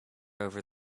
over